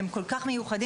והם כל כך מיוחדים,